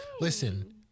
Listen